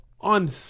on